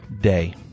day